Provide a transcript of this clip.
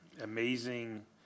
amazing